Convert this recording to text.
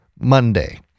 Monday